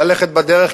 ללכת בדרך,